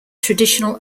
traditional